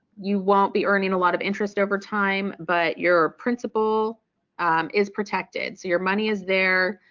you won't be earning a lot of interest over time but your principal is protected so your money is there,